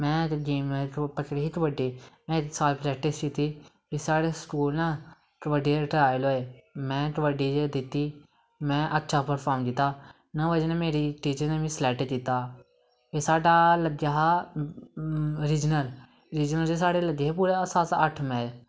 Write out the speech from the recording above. में इक गेम पकड़ी ही कब्ड्डी में इक साल प्रैक्टिस कीती फ्ही साढ़े स्कूल ना कब्ड्डी दे ट्रायल होए में कब्ड्डी च दित्ती में अच्छा प्रफार्म कीता ओह्दी बजह् नै टीचर नै मिगी स्लैकट कीता हा ते साढ़ा लग्गेआ हा रिजनल रिजनल च साढ़े पूरे लग्गे हे अट्ठ मैच